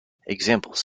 examples